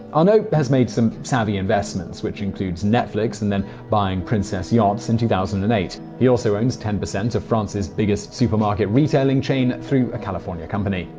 arnault has made some savvy investments, which include netflix, and then buying princess yachts in two thousand and eight. he also owns ten percent of france's biggest supermarket retailing chain, through a california company.